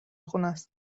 خونست